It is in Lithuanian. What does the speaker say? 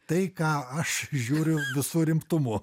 tai ką aš žiūriu visu rimtumu